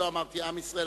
לא אמרתי "עם ישראל",